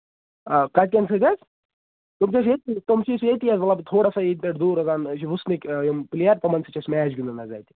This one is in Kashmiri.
آ کَتین چھُ حظ تِم چھِ اَسہِ ییٚتی تِم چھِ اَسہِ ییٚتی حظ مطلب تھوڑا سا ییٚتہِ پٮ۪ٹھ دوٗر حظ یِم چھِ ؤسنُکۍ پِلیر تمَن سۭتۍ چھُ اَسہِ میچ گِندُن